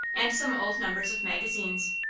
and some old numbers of magazines.